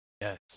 Yes